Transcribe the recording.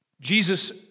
Jesus